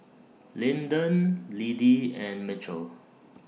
Linden Liddie and Mitchel